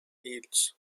yields